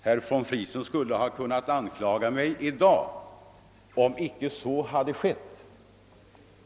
Herr von Friesen skulle ha kunnat anklaga mig i dag, om det icke hade gjorts.